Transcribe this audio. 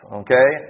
okay